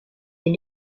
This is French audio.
est